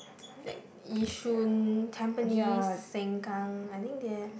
that Yishun Tampines Sengkang I think they